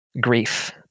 grief